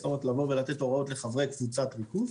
כלומר לבוא ולתת הוראות לחברי קבוצת ריכוז.